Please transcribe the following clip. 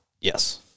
Yes